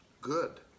good